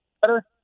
better